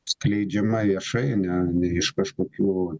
skleidžiama viešai ne iš kažkokių